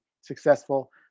successful